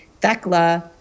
Thecla